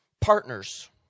partners